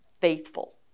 faithful